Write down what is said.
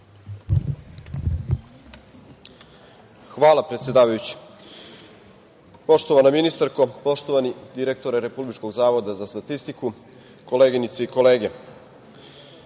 Hvala, predsedavajući. Poštovana ministarko, poštovani direktore Republičkog zavoda za statistiku, koleginice i kolege,